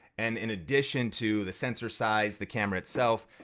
and in addition to the sensor size, the camera itself,